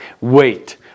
Wait